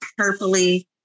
purpley